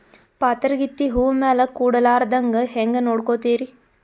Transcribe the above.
ಪಾತರಗಿತ್ತಿ ಹೂ ಮ್ಯಾಲ ಕೂಡಲಾರ್ದಂಗ ಹೇಂಗ ನೋಡಕೋತಿರಿ?